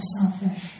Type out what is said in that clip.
selfish